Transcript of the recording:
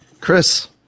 Chris